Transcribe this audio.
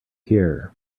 here